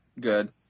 good